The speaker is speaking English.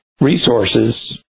resources